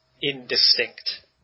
indistinct